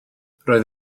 roedd